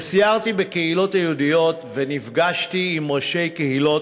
וסיירתי בקהילות היהודיות ונפגשתי עם ראשי קהילות,